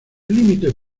límites